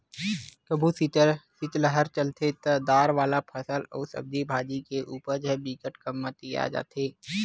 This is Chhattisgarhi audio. कभू सीतलहर चलथे त दार वाला फसल अउ सब्जी भाजी के उपज ह बिकट कमतिया जाथे